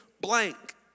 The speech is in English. blank